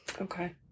Okay